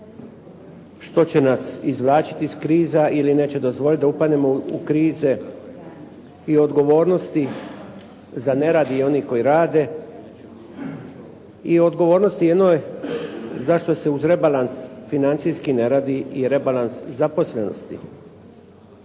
što će nas izvlačiti iz kriza ili neće dozvoliti da upadnemo u krize i odgovornosti za nerad i onih koji rade i odgovornosti jednoj zašto se uz rebalans financijski neradi i rebalans zaposlenosti.